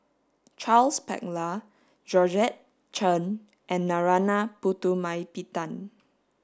Charles Paglar Georgette Chen and Narana Putumaippittan